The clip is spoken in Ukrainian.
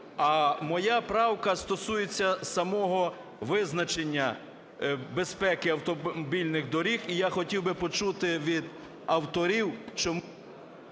моя правка стосується самого визначення безпеки автомобільних доріг. І я хотів би почути від авторів…